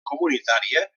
comunitària